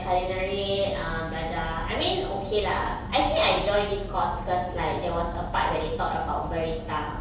culinary um belajar I mean okay lah actually I joined this course because like there was a part where they talked about barista